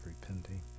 repenting